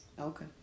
Okay